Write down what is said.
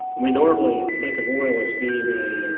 we normally think of oil as being a.